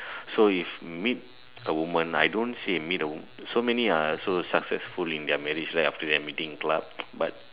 so if meet a woman I don't say meet a so many are so successful in their marriage right after meeting in club but